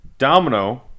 Domino